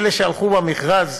אלה שהלכו למכרז,